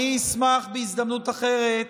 אשמח בהזדמנות אחרת